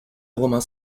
romain